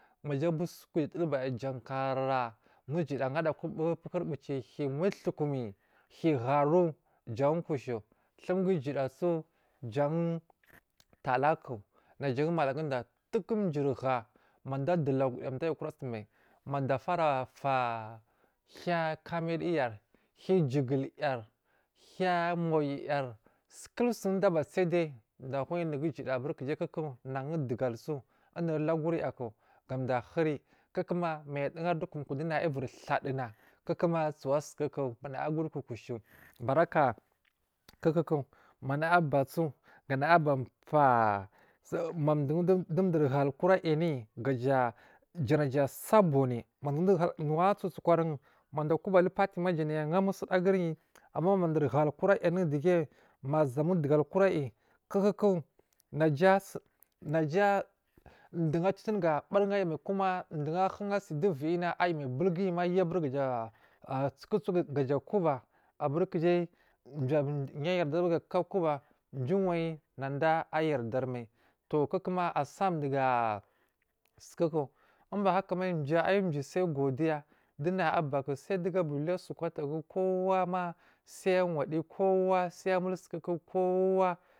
Maja abuwo suku gaja adul baya jankara ma ujuda ahara aku pukur puci hiyi mutukumi hiyi harowo jan kushow dumgu ujudasu jan talaku najan malaguda dukum juri ha a mado aduwu laguriya dayi korasuni mai mada afara fa hiya kamiduyar hiya ujugulyar hiya muyuyar kulsuku su duwo aba tsayadeyi dowu ahuyi unugu ujuda abirikujakuku nagun dugal su unuri lagun yi gaku duwu ahuri kukuma maya a dowu hari dowu kumku dowu naya uviri laduna kukuma suwa sukuku naya akuri kukushwu maaka kuku maraya abaso ganaya abaa paa huwu madowu dirhal kura yaranuyi gaja ja naja asa bune wan a su sukurnu ina duwo akuba alupatima ja nai aha musu da guriyi amma ma duri hal kurayu anai duge ma zamun dugal kura yi ku ku naja suri naja duwo acitiri gabarin ayi mai duwu ahun asi dowu viyina ayimai bulguyi ma ayu aburigaja asuku su gaja a kuba aburi kujai jair ya yar dari dugu guba duwai nada a yardari mai towu kukoma a samdugu sukuku ubaha ba mai ciwo ayi jiyi sai godiya duna abaku sai dowugu aba luya su kutagu kowa da kowama sai a wadi kowa sai a mul sukuku.